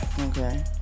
Okay